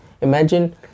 Imagine